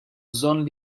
bżonn